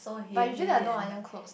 but usually I don't iron clothes